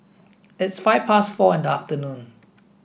its five past four in the afternoon